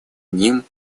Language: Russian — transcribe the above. ним